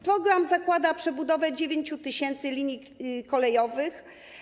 Program zakłada przebudowę 9 tys. linii kolejowych.